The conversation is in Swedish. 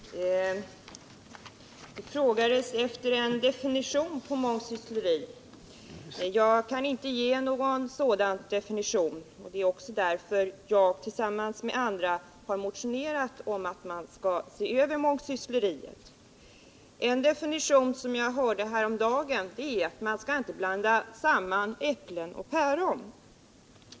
Herr talman! Det frågades efter en definition på mångsyssleri. Jag kan inte ge någon sådan. Det är bl.a. därför jag tillsammans med andra motionerat om att man skall se över mångsyssleriet. En definition som jag hörde häromdagen är att man skall inte blanda samman äpplen och päron.